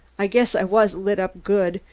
i guess i was lit up good,